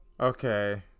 Okay